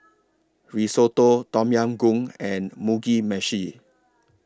Risotto Tom Yam Goong and Mugi Meshi